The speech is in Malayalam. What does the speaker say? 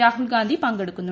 രാഹുൽ ഗാന്ധി പങ്കെടുക്കുന്നു